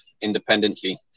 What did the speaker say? independently